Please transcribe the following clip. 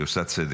היא עושה צדק.